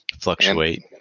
fluctuate